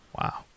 Wow